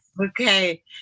Okay